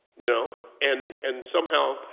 you know, and, and somehow,